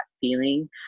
feeling